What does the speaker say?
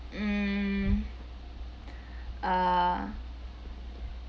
mm uh